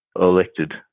elected